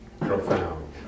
profound